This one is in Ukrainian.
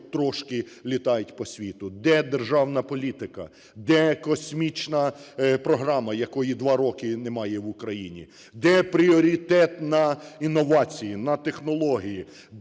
трошки літають по світу. Де державна політика? Де космічна програма, якої 2 роки немає в Україні? Де пріоритет на інновації, на технології,